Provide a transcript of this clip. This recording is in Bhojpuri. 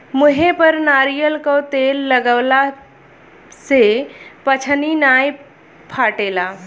मुहे पर नारियल कअ तेल लगवला से पछ्नी नाइ फाटेला